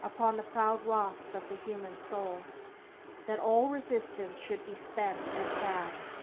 upon the proud rocks of the human soul that all resistance should be spent and past,